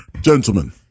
Gentlemen